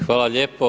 Hvala lijepo.